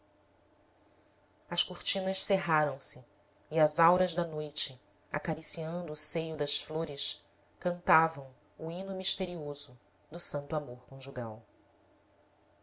as cortinas cerraram se e as auras da noite acariciando o seio das flores cantavam o hino misterioso do santo amor conjugal